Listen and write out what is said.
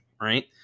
right